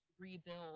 rebuild